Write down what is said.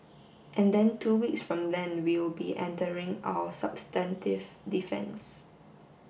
and then two weeks from then we'll be entering our substantive defence